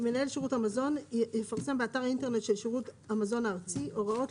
מנהל שירות המזון יפרסם באתר האינטרנט של שירות המזון הארצי הוראות